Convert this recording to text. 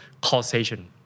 causation